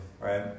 right